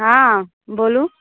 हँ बोलू